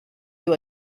you